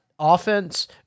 Offense